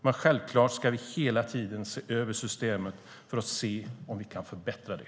Men självklart ska vi hela tiden se över systemet för att se om vi kan förbättra det.